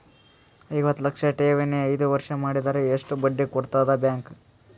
ಐವತ್ತು ಲಕ್ಷ ಠೇವಣಿ ಐದು ವರ್ಷ ಮಾಡಿದರ ಎಷ್ಟ ಬಡ್ಡಿ ಕೊಡತದ ಬ್ಯಾಂಕ್?